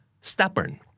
stubborn